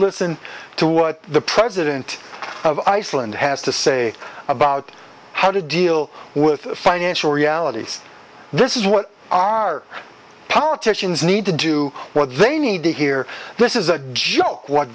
listen to what the president of iceland has to say about how to deal with the financial realities this is what our politicians need to do what they need to hear this is a joke what